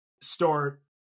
start